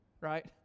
Right